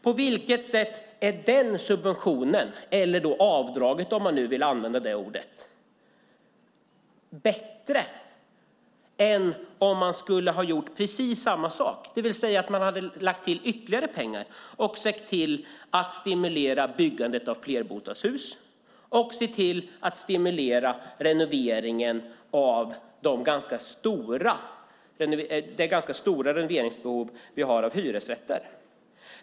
På vilket sätt är den subventionen, eller avdraget om man nu vill använda den benämningen, bättre än om man skulle ha gjort precis samma sak, det vill säga lagt till ytterligare pengar för att stimulera byggandet av flerbostadshus och renoveringen av de hyresrätter där behovet ju är ganska stort?